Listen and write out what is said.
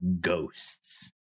ghosts